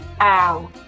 ow